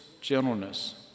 gentleness